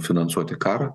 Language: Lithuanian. finansuoti karą